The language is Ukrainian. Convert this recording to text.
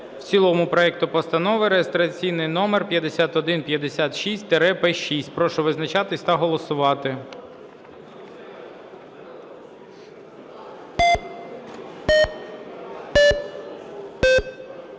в цілому проекту Постанови реєстраційний номер 5156-П6. Прошу визначатись та голосувати.